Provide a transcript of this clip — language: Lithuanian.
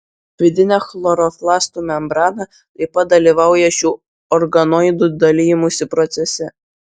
vidinė chloroplastų membrana taip pat dalyvauja šių organoidų dalijimosi procese